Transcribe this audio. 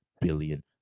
billion